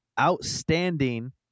outstanding